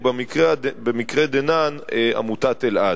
ובמקרה דנן עמותת אלע"ד.